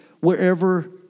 wherever